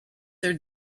their